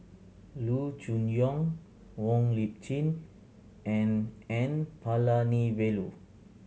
Loo Choon Yong Wong Lip Chin and N Palanivelu